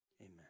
amen